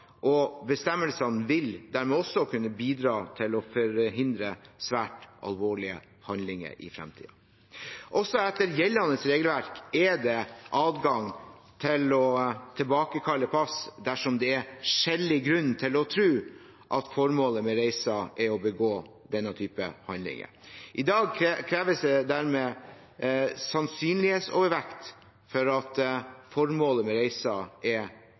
og bestemmelsene vil dermed også kunne bidra til å forhindre svært alvorlige handlinger i fremtiden. Også etter gjeldende regelverk er det adgang til å tilbakekalle pass dersom det er skjellig grunn til å tro at formålet med reisen er å begå denne typen handlinger. I dag kreves det dermed sannsynlighetsovervekt for at formålet med reisen er